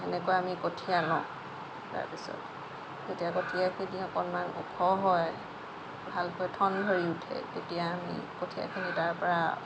সেনেকৈ আমি কঠীয়া লওঁ তাৰ পিছত যেতিয়া কঠীয়াখিনি অকণমান ওখ হয় ভালকৈ ঠন ধৰি উঠে তেতিয়া আমি কঠীয়াখিনি তাৰ পৰা